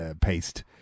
paste